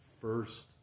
first